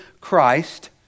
Christ